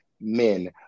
men